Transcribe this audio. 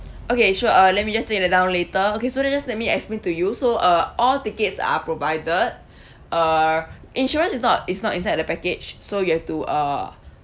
okay sure uh let me just take that down later okay so that just let me explain to you so uh all tickets are provided uh insurance is not is not inside the package so you have to uh